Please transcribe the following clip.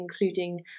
including